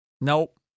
Nope